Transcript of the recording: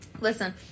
Listen